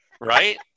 right